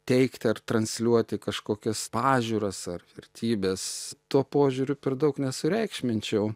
teigti ar transliuoti kažkokias pažiūras ar vertybės tuo požiūriu per daug nesureikšminčiau